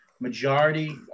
majority